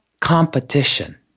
competition